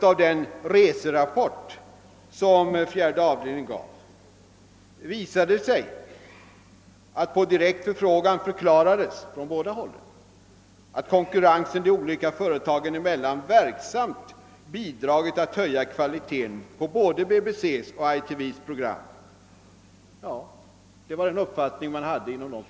Av den reserapport som gjordes av fjärde avdelningen framgår att man från bägge håll på direkt förfrågan förklarade att konkurrensen mellan de olika företagen verksamt hade bidragit till att höja kvaliteten på både BBC:s och ITA:s program. Man hade samma uppfattning inom båda dessa företag.